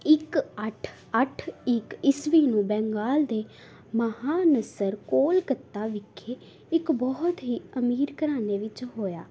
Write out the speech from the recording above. ਇੱਕ ਅੱਠ ਅੱਠ ਇੱਕ ਇਸਵੀਂ ਨੂੰ ਬੰਗਾਲ ਦੇ ਮਹਾਂਨਸਰ ਕਲਕੱਤਾ ਵਿਖੇ ਇੱਕ ਬਹੁਤ ਹੀ ਅਮੀਰ ਘਰਾਨੇ ਵਿੱਚ ਹੋਇਆ